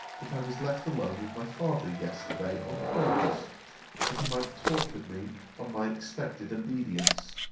that i was left alone with my father yesterday on purpose that he might talk with me on my expected obedience